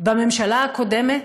בממשלה הקודמת,